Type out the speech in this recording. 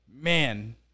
man